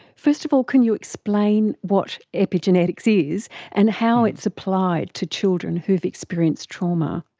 first of all, can you explain what epigenetics is and how it's applied to children who have experienced trauma.